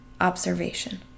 observation